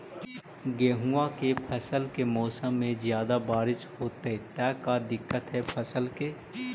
गेहुआ के फसल के मौसम में ज्यादा बारिश होतई त का दिक्कत हैं फसल के?